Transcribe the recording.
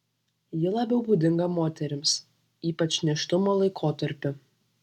ji labiau būdinga moterims ypač nėštumo laikotarpiu